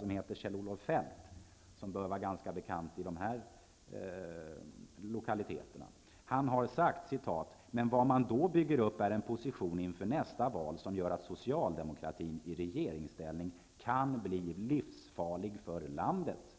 Han heter Kjell-Olof Feldt och bör vara ganska bekant i de här lokaliteterna. Han har sagt: ''men vad man då bygger upp är en position inför nästa val som gör att socialdemokratin i regeringsställning kan bli livsfarlig för landet''.